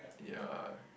ya